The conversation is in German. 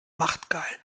machtgeil